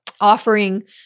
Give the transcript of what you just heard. offering